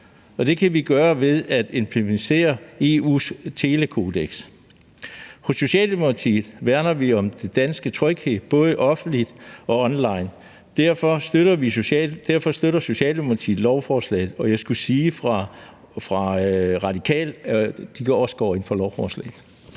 det kan vi gøre ved at implementere EU's telekodeks. I Socialdemokratiet værner vi om den danske tryghed, både offentligt og online, og derfor støtter Socialdemokratiet lovforslaget. Og jeg skulle sige fra Radikale, at de også går ind for lovforslaget.